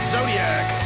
Zodiac